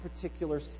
particular